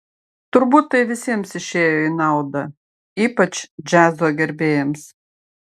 turbūt tai visiems išėjo į naudą ypač džiazo gerbėjams